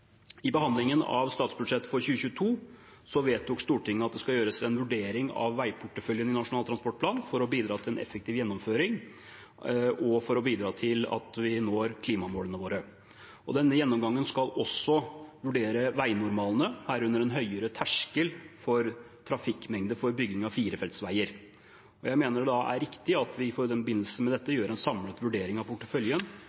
I behandlingen av statsbudsjettet for 2022 vedtok Stortinget at det skal gjøres en vurdering av veiporteføljen i Nasjonal transportplan for å bidra til en effektiv gjennomføring, og for å bidra til at vi når klimamålene våre. Denne gjennomgangen skal også vurdere veinormalene, herunder en høyere terskel for trafikkmengde for bygging av firefeltsveier. Jeg mener det da er riktig at vi i forbindelse med dette